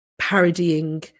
parodying